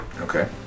Okay